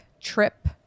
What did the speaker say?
trip